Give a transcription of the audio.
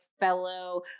fellow